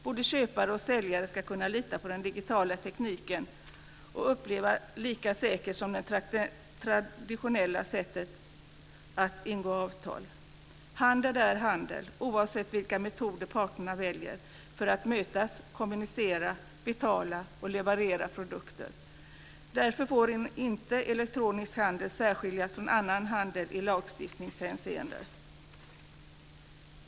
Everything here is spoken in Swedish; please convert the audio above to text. Både köpare och säljare ska kunna lita på den digitala tekniken och uppleva den lika säker som de traditionella sätten att ingå avtal. Handel är handel, oavsett vilka metoder parterna väljer för att mötas och kommunicera, betala och leverera produkter. Därför får inte elektronisk handel särskiljas från annan handel i lagstiftningshänseende.